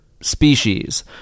species